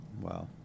Wow